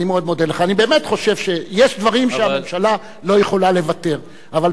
אני באמת חושב שיש דברים שהממשלה לא יכולה לוותר עליהם.